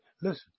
listen